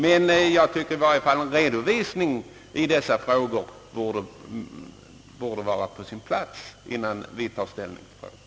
Men jag tycker i varje fall att en redovisning i dessa frågor vore på sin plats innan vi tar ställning till dem.